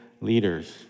leaders